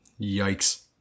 Yikes